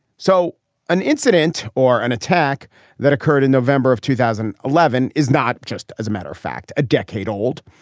so an incident or an attack that occurred in november of two thousand and eleven is not just, as a matter of fact, a decade old.